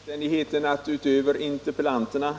Herr talman! Den omständigheten att utöver interpellanterna